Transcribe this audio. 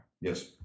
Yes